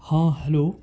ہاں ہیلو